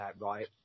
right